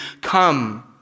come